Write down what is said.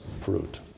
fruit